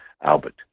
Albert